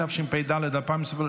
התשפ"ד 2023,